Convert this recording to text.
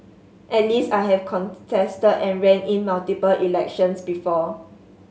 at least I have contested and ran in multiple elections before